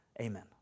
Amen